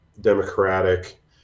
democratic